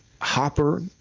hopper